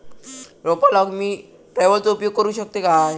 रोपा लाऊक मी ट्रावेलचो उपयोग करू शकतय काय?